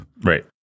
Right